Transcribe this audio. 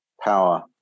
power